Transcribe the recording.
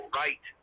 right